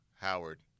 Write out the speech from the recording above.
Howard